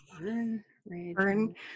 Burn